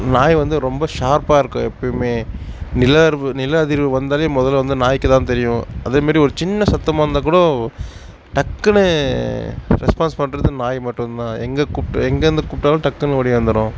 நாய் வந்து ரொம்ப ஷார்ப்பாக இருக்கும் எப்பேயுமே நிலர்வு நில அதிர்வு வந்தாலே முதல் வந்து நாய்க்கு தான் தெரியும் அதே மாதிரி ஒரு சின்ன சத்தமாக இருந்தால் கூட டக்குனு ரெஸ்பான்ஸ் பண்ணுறது நாய் மட்டும்தான் எங்கே கூப்ட் எங்கிருந்து கூப்பிட்டாலும் டக்குனு ஒடியாந்துடும்